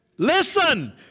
Listen